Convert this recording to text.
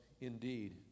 indeed